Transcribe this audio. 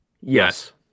Yes